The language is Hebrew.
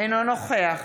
אינו נוכח